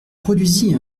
produisit